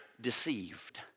deceived